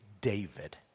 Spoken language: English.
David